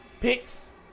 picks